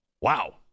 Wow